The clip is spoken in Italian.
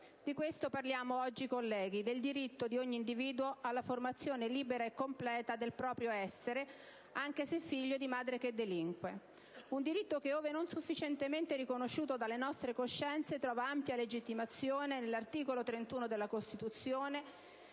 Di questo parliamo oggi, colleghi, del diritto di ogni individuo alla formazione libera e completa del proprio essere, anche se figlio di madre che delinque. E' un diritto che, ove non sufficientemente riconosciuto dalle nostre coscienze, trova ampia legittimazione nell'articolo 31 della Costituzione,